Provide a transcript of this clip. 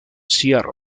seattle